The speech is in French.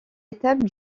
étape